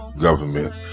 government